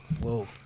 Whoa